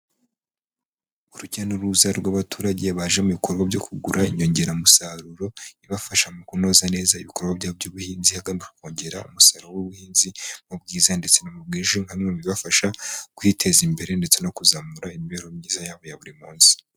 Urujya n'uruza rw'abaturage baje mu bikorwa byo kugura inyongeramusaruro ibafasha mu kunoza neza ibikorwa by'ubuhinzi, hagamijwe kongera umusaruro w'ubuhinzi mu bwiza ndetse no mu bwinshi nka bimwe mu bibafasha kwiteza imbere, ndetse no kuzamura imibereho myiza yabo ya buri munsi.